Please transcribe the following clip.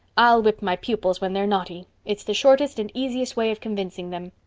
i'll whip my pupils when they're naughty. it's the shortest and easiest way of convincing them.